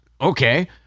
Okay